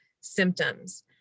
symptoms